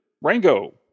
rango